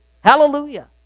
Hallelujah